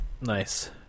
Nice